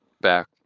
back